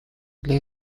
для